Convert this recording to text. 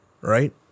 right